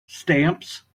stamps